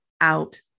out